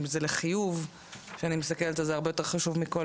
אם זה לחיוב שאני מסתכלת על זה הרבה יותר חשוב הרבה יותר מכל